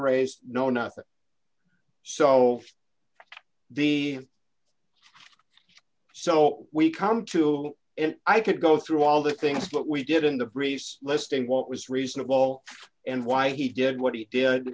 raised no nothing so the so we come to it i could go through all the things that we did in the briefs listing what was reasonable and why he did what he did